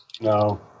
No